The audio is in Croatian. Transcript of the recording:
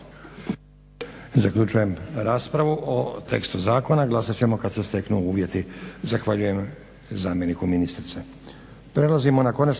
Zaključujem raspravu. O tekstu zakona glasovat ćemo kad se steknu uvjeti. Zahvaljujem zamjeniku ministrice.